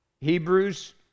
Hebrews